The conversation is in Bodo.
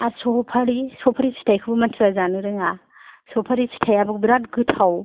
आरो सफारि सफारि फिथायखौबो मानसिफ्रा जानो रोङा सफारि फिथायाबो बिराद गोथाव